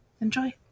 Enjoy